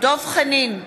דב חנין,